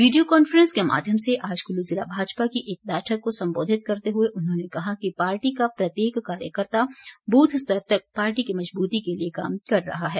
video conference के माध्यम से आज कुल्लू ज़िला भाजपा की एक बैठक को संबोधित करते हुए उन्होंने कहा कि पार्टी का प्रत्येक कार्यकर्ता बूथ स्तर तक पार्टी की मजबूती के लिए काम कर रहा है